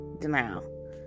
denial